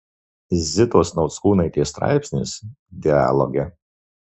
zitos nauckūnaitės straipsnis dialoge